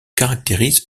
caractérise